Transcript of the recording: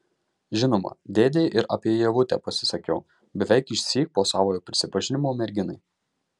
žinoma dėdei ir apie ievutę pasisakiau beveik išsyk po savojo prisipažinimo merginai